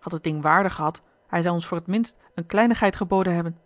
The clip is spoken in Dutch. had het ding waarde gehad hij zou ons voor t minst eene kleinigheid geboden hebben